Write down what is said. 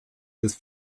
des